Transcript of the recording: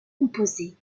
composé